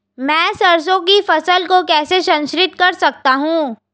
मैं सरसों की फसल को कैसे संरक्षित कर सकता हूँ?